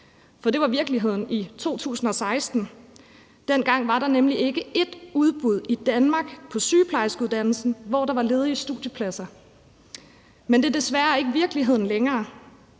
For det var virkeligheden i 2016. Dengang var der nemlig ikke ét udbud i Danmark på sygeplejerskeuddannelsen, hvor der var ledige studiepladser. Men det er desværre ikke virkeligheden længere,